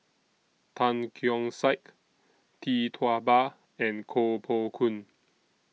Tan Keong Saik Tee Tua Ba and Koh Poh Koon